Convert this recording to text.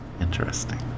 Interesting